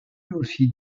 aussi